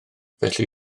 felly